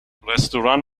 رستوران